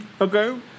Okay